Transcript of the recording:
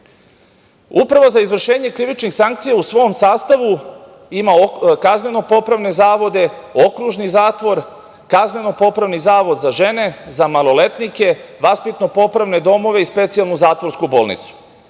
dela. Uprava za izvršenje krivičnih sankcija u svom sastavu ima kazneno-popravne zavode, okružni zatvor, kazneno-popravni zavod za žene, za maloletnike, vaspitno-popravne domove i specijalnu zatvorsku bolnicu.